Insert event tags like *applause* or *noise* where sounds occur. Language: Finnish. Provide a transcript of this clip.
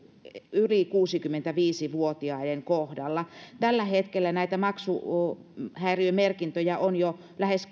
yli kuusikymmentäviisi vuotiaiden kohdalla tällä hetkellä näitä maksuhäiriömerkintöjä on jo lähes *unintelligible*